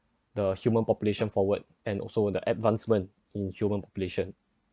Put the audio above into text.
the human population forward and also the advancement in human population